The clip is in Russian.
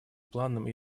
планом